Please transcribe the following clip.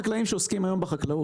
תסתכלו על ארצות הבריות הגדולה,